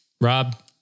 Rob